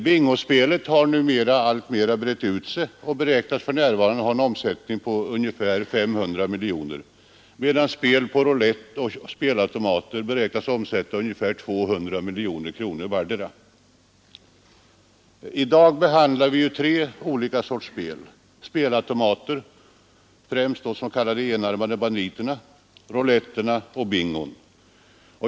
Bingospelet har numera brett ut sig alltmer och beräknas för närvarande ha en omsättning av ungefär 500 miljoner kronor, medan spel på roulett och spelautomater beräknas omsätta ungefär 200 miljoner kronor vardera. I dag behandlar vi tre olika slags spel, spelautomater, främst s.k. enarmade banditer, samt rouletter och bingo.